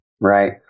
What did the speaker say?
Right